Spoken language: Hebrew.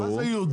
מה זה ייעודי?